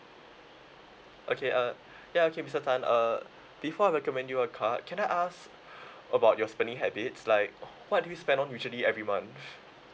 okay uh ya okay mister tan uh before I recommend you a card can I ask about your spending habits like what do you spend on usually every month